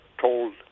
told